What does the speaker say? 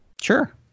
Sure